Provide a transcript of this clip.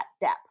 depth